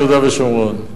יהודה ושומרון,